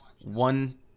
one